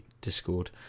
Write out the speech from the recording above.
discord